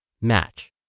match